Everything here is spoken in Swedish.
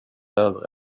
över